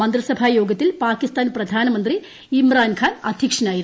മന്ത്രിസഭ യോഗത്തിൽ പാകിസ്ഥാൻ പ്രധാനമന്ത്രി ഇമ്രാൻഖാൻ അധ്യക്ഷനായിരുന്നു